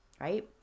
right